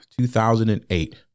2008